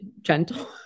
gentle